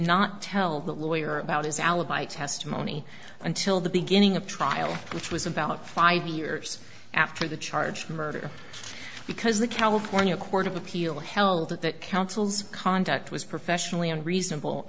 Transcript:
not tell the lawyer about his alibi testimony until the beginning of trial which was about five years after the charge murder because the california court of appeal held that counsel's conduct was professionally and reasonable